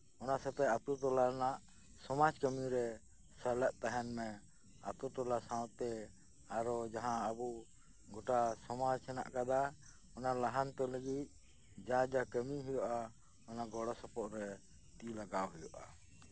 ᱚᱱᱟ ᱥᱟᱛᱮᱜ ᱟᱛᱳ ᱴᱚᱞᱟ ᱨᱮᱱᱟᱜ ᱥᱚᱢᱟᱡᱽ ᱠᱟᱹᱢᱤᱨᱮ ᱥᱮᱞᱮᱫ ᱛᱟᱦᱮᱱ ᱢᱮ ᱟᱛᱳᱴᱚᱞᱟ ᱥᱟᱶᱛᱮ ᱟᱨ ᱡᱟᱦᱟᱸ ᱟᱹᱵᱩ ᱜᱚᱴᱟ ᱥᱚᱢᱟᱡᱽ ᱦᱮᱱᱟᱜ ᱟᱠᱟᱫᱟ ᱚᱱᱟ ᱞᱟᱦᱟᱱᱛᱤ ᱞᱟᱹᱜᱤᱫ ᱡᱟ ᱡᱟ ᱠᱟᱹᱢᱤᱭ ᱦᱩᱭᱩᱜ ᱟ ᱚᱱᱟ ᱜᱚᱲᱚ ᱥᱚᱯᱚᱦᱚᱫ ᱨᱮ ᱛᱤ ᱞᱟᱠᱟᱵ ᱦᱩᱭᱩᱜᱼᱟ